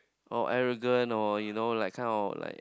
or arrogant or you know like kind of like